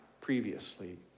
previously